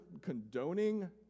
condoning